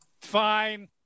Fine